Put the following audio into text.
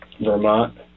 Vermont